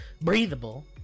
breathable